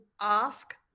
ask